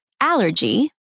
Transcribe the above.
allergy